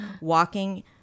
walking